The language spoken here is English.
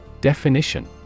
Definition